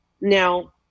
Now